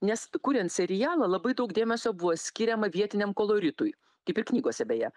nes kuriant serialą labai daug dėmesio buvo skiriama vietiniam koloritui kaip ir knygose beje